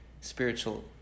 spiritual